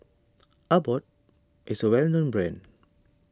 Abbott is a well known brand